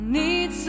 need